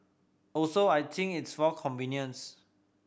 also I think it's for convenience